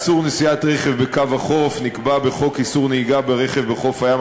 איסור נסיעת רכב בקו החוף נקבע בחוק איסור נהיגה ברכב בחוף הים,